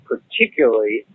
particularly